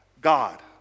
God